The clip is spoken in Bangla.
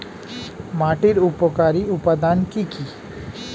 মাটির উপকারী উপাদান কি কি?